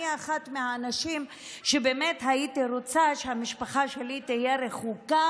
אני אחת מהאנשים שבאמת הייתי רוצה שהמשפחה שלי תהיה רחוקה